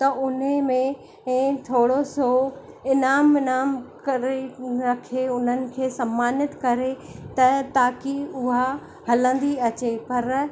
त उन ई में इहे थोरो सो इनाम विनाम करे रखे उन्हनि खे समानित करे त ताकी उहा हलंदी अचे पर